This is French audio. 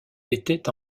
était